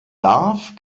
darf